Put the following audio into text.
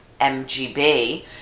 MGB